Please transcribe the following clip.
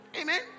Amen